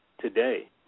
today